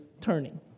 turning